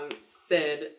Sid